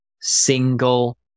single